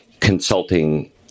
consulting